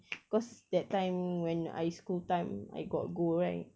because that time when I school time I got go right